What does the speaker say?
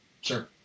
Sure